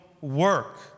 work